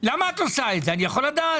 למה את עושה את זה, אני יכול לדעת?